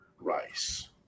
Rice